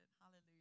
Hallelujah